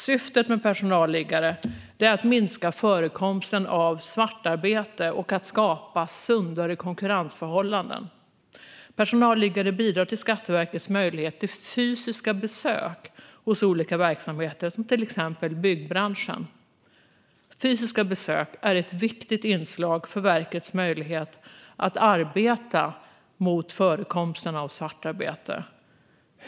Syftet med personalliggare är att minska förekomsten av svartarbete och att skapa sundare konkurrensförhållanden. Personalliggare bidrar till Skatteverkets möjlighet till fysiska besök hos olika verksamheter, till exempel byggbranschen. Fysiska besök är ett viktigt inslag för verkets möjlighet att arbeta mot förekomsten av svartarbete.